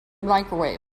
microwave